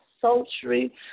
sultry